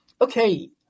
okay